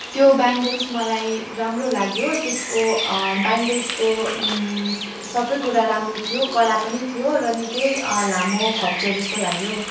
त्यो ब्याङ्गल्स मलाई राम्रो लाग्यो त्यसको ब्याङ्गल्सको सबै कुरा राम्रो थियो कडा पनि थियो र निकै लामो खप्छ जस्तो लाग्यो